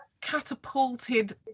catapulted